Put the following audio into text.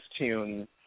tune